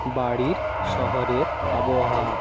বাড়ির শহরের আবহাওয়া